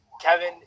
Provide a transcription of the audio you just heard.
Kevin